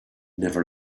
never